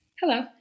Hello